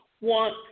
want